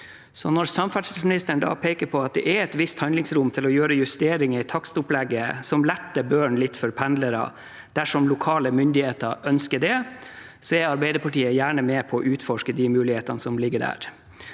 Når samferdselsministeren da peker på at det er et visst handlingsrom til å gjøre justeringer i takstopplegget som letter børen litt for pendlerne, dersom lokale myndigheter ønsker det, er Arbeiderpartiet gjerne med på å utforske de mulighetene som ligger der.